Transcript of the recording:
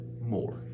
more